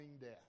death